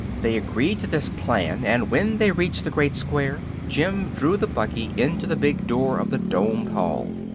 they agreed to this plan, and when they reached the great square jim drew the buggy into the big door of the domed hall.